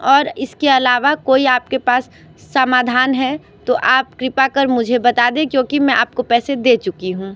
और इसके अलावा कोई आपके पास समाधान है तो आप कृपा कर मुझे बता दें क्योंकि मैं आपको पैसे दे चुकी हूँ